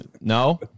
No